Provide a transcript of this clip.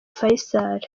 faisal